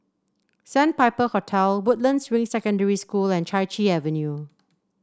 Sandpiper Hotel Woodlands Ring Secondary School and Chai Chee Avenue